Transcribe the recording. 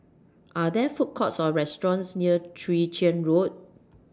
Are There Food Courts Or restaurants near Chwee Chian Road